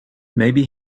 maybe